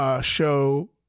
show